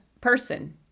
person